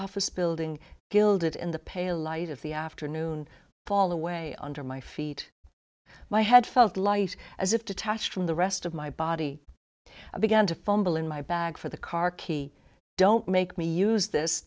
office building gilded in the pale light of the afternoon fall away under my feet my head felt light as if detached from the rest of my body i began to fumble in my bag for the car key don't make me use this